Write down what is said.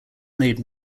made